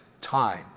time